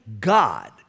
God